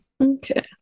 Okay